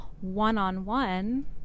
one-on-one